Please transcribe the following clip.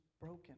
broken